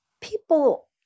people